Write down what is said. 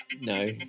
No